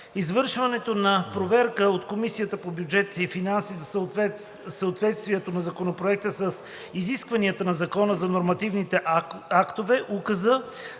извършването на проверка от Комисията по бюджет и финанси за съответствието на Законопроекта с изискванията на Закона за нормативните актове, указа